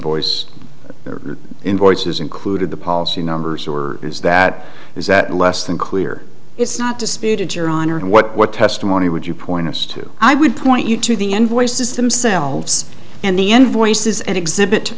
invoice invoices included the policy numbers or is that is that less than clear it's not disputed your honor and what testimony would you point us to i would point you to the invoices themselves and the invoices and exhibit t